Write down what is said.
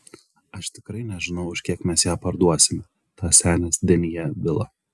aš tikrai nežinau už kiek mes ją parduosime tą senės denjė vilą